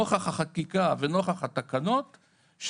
נוכח החקיקה ונוכח התקנות,